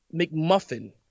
McMuffin